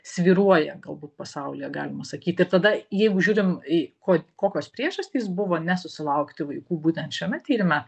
svyruoja galbūt pasaulyje galima sakyt ir tada jeigu žiūrime į ko kokios priežastys buvo nesusilaukti vaikų būtent šiame tyrime